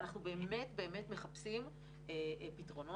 אנחנו באמת מחפשים פתרונות.